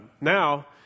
now